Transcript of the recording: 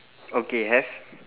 okay have